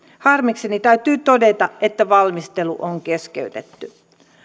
harmikseni täytyy todeta että valmistelu on keskeytetty